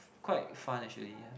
quite fun actually yeah